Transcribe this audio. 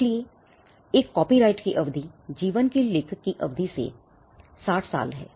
इसलिए एक कॉपीराइट की अवधि लेखक के जीवन के साथ साथ 60 साल है